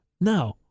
No